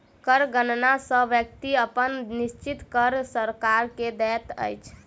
कर गणना सॅ व्यक्ति अपन निश्चित कर सरकार के दैत अछि